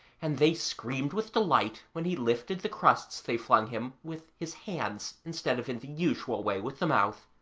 and they screamed with delight when he lifted the crusts they flung him with his hands instead of in the usual way with the mouth.